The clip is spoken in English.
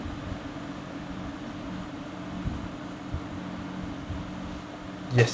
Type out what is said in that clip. yes